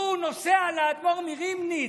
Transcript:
הוא נוסע לאדמו"ר מריבניץ,